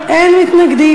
מי נגד?